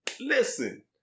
Listen